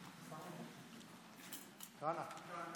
(חברי הכנסת מכבדים בקימה את זכרו של